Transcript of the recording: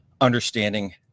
understanding